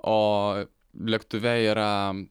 o lėktuve yra